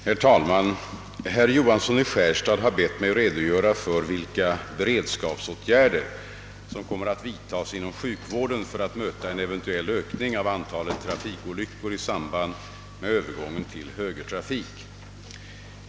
Herr talman! Herr Johansson i Skärstad har bett mig redogöra för vilka beredskapsåtgärder som kommer att vidtas inom sjukvården för att möta en eventuell ökning av antalet trafikolyckor i samband med övergången till högertrafik.